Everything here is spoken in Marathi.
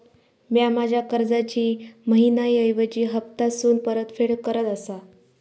म्या माझ्या कर्जाची मैहिना ऐवजी हप्तासून परतफेड करत आसा